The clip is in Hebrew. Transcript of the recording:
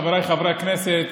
חבריי חברי הכנסת,